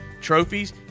trophies